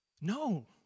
No